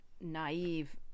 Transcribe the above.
naive